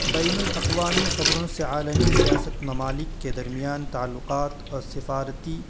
بین الاقوامی خبروں سے عالمی سیاست ممالک کے درمیان تعلقات اور سفارتی